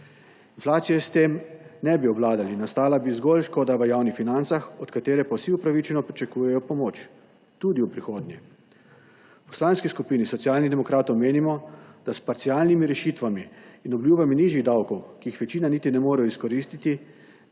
Inflacije s tem ne bi obvladali. Nastala bi zgolj škoda v javnih financah, od katere pa vsi upravičeno pričakujejo pomoč tudi v prihodnje. V Poslanski skupini Socialnih demokratov menimo, da s parcialnimi rešitvami in obljubami nižjih davkov, ki jih večina niti ne more izkoristiti,